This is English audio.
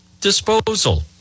Disposal